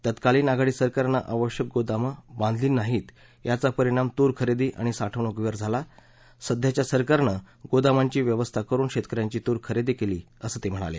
तत्कालीन आघाडी सरकारनं आवश्यक गोदामं बांधली नाहीत याचा परिणाम तूर खरेदी आणि साठवणुकीवर झाला सद्याच्या सरकारनं गोदामांची व्यवस्था करून शेतकऱ्यांची तूर खरेदी केली असं ते म्हणाले